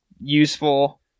useful